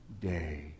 day